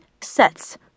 sets